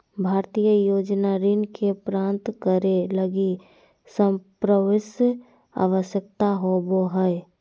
भारतीय योजना ऋण के प्राप्तं करे लगी संपार्श्विक आवश्यक होबो हइ